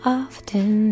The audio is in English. often